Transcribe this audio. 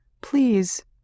Please